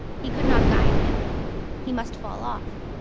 he could not guide him he must fall off.